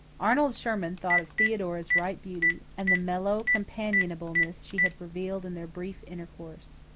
arnold sherman thought of theodora's ripe beauty, and the mellow companionableness she had revealed in their brief intercourse.